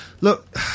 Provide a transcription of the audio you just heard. look